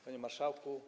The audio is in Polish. Panie Marszałku!